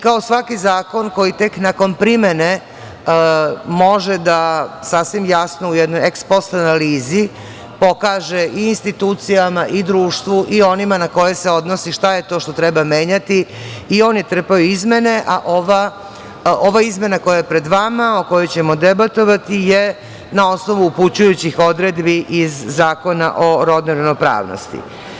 Kao svaki zakon koji tek nakon primene može sasvim jasno u jednoj eks post analizi da pokaže i institucijama i društvu i onima na koje se odnosi šta je to što treba menjati i on je trpeo izmene, a ova izmena koja je pred vama, o kojoj ćemo debatovati, je na osnovu upućujućih odredbi iz Zakona o rodnoj ravnopravnosti.